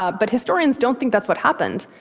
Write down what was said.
ah but historians don't think that's what happened.